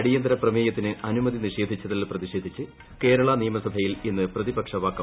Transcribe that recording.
അടിയന്തിര പ്രമേയത്തിന് അനുമതി നിഷേധിച്ചതിൽ പ്രതിഷേധിച്ച് കേരള നിയമസഭയിൽ ഇന്ന് പ്രതിപക്ഷ വാക്കൌട്ട്